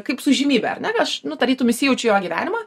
kaip su įžymybe ar ne aš nu tarytum įsijaučiu į jo gyvenimą